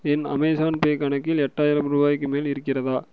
என் Amazon Pay கணக்கில் எட்டாயிரம் ரூபாய்க்கு மேல் இருக்கிறதா